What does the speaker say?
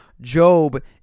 Job